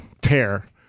tear